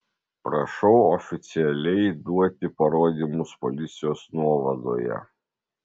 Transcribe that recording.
prašau oficialiai duoti parodymus policijos nuovadoje